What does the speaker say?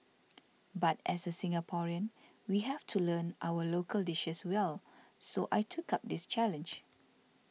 but as a Singaporean we have to learn our local dishes well so I took up this challenge